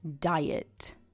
diet